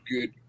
good